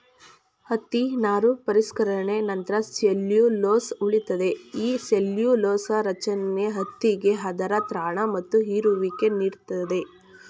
ಹತ್ತಿ ನಾರು ಪರಿಷ್ಕರಣೆ ನಂತ್ರ ಸೆಲ್ಲ್ಯುಲೊಸ್ ಉಳಿತದೆ ಈ ಸೆಲ್ಲ್ಯುಲೊಸ ರಚನೆ ಹತ್ತಿಗೆ ಅದರ ತ್ರಾಣ ಮತ್ತು ಹೀರುವಿಕೆ ನೀಡ್ತದೆ